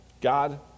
God